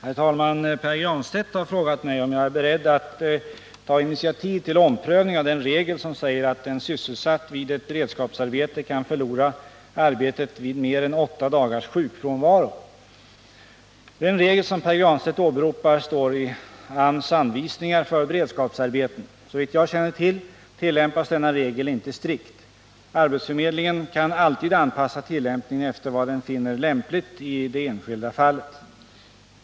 Herr talman! Pär Granstedt har frågat mig om jag är beredd att ta initiativ till omprövning av den regel som säger att en sysselsatt vid ett beredskapsarbete kan förlora arbetet vid mer än åtta dagars sjukfrånvaro. Den regel som Pär Granstedt åberopar står i AMS anvisningar för beredskapsarbeten. Såvitt jag känner till tillämpas denna regel inte strikt. Arbetsförmedlingen kan alltid anpassa tillämpningen efter vad den finner lämpligt i det enskilda fallet.